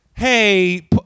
hey